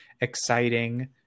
exciting